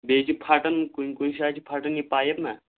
بیٚیہِ چھِ پھَٹان کُنہِ کُنہِ شَے چھِ پھَٹان یہِ پایپ نہ